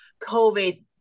COVID